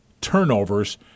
turnovers